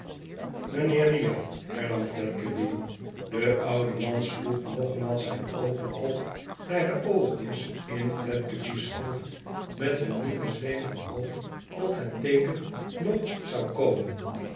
mijnheer riah hernam fledgeby de oude man sloeg nogmaals zijne oogen op naar de oogjes in fledgeby's hoofd met een nieuwen zweem van hoop dat het teeken nog zou komen